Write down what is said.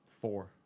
four